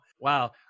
Wow